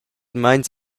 meins